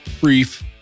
brief